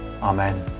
Amen